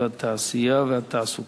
התעשייה והתעסוקה.